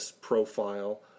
profile